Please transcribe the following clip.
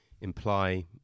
imply